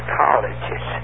colleges